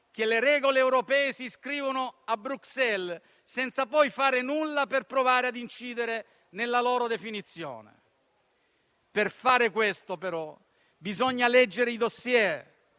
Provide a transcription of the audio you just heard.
che le regole europee si scrivono a Bruxelles, senza poi fare nulla per provare ad incidere nella loro definizione. Per fare questo, però, bisogna leggere i *dossier*,